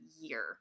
year